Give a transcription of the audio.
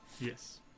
Yes